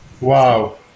Wow